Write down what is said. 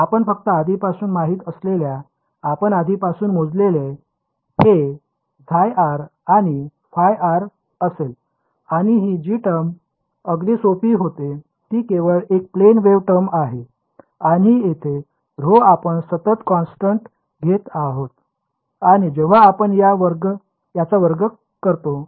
आपण फक्त आधीपासून माहित असलेल्या आपण आधीपासून मोजलेले हे χr आणि ϕr असेल आणि ही g टर्म अगदी सोपी होते ती केवळ एक प्लेन वेव्ह टर्म आहे आणि येथे ऱ्हो आपण सतत कॉन्स्टन्ट घेत होतो आणि जेव्हा आपण त्याचा वर्ग करतो हं